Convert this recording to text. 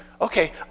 okay